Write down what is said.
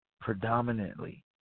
predominantly